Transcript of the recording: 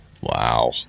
Wow